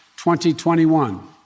2021